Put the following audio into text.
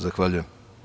Zahvaljujem.